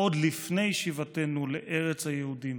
עוד לפני שיבתנו לארץ היהודים",